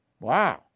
Wow